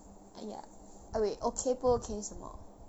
!aiya! eh wait okay 不 okay 什么